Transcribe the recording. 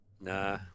Nah